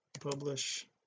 publish